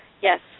Yes